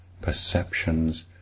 perceptions